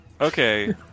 Okay